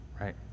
right